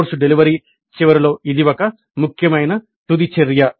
course delivery చివరిలో ఇది ఒక ముఖ్యమైన తుది చర్య